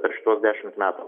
per šituos dešimt metų